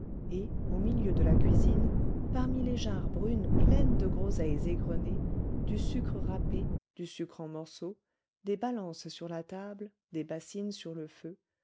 et au milieu de la cuisine parmi les jarres brunes pleines de groseilles égrenées du sucre râpé du sucre en morceaux des balances sur la table des bassines sur le feu